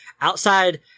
outside